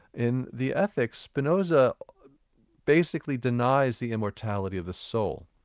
in the ethics, spinoza basically denies the immortality of the soul.